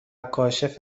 کاشف